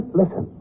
listen